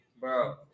Bro